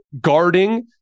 guarding